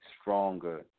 stronger